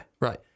Right